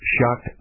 shocked